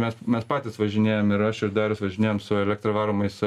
mes mes patys važinėjam ir aš ir darius važinėjam su elektra varomais